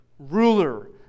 Ruler